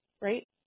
right